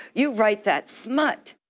you write that smut.